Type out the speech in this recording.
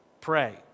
Pray